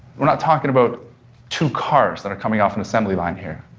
we're not talking about two cars that are coming off an assembly line here.